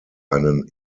einen